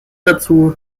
dazu